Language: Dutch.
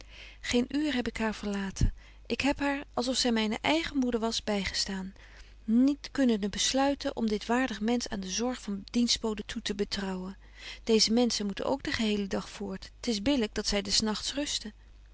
geen uur heb ik haar verlaten ik heb haar als of zy myne eigen moeder was bygestaan betje wolff en aagje deken historie van mejuffrouw sara burgerhart nict kunnende besluiten om dit waardig mensch aan de zorg van dienstboden toe te betrouwen deeze menschen moeten ook den gehelen dag voort t is billyk dat zy des nagts rusten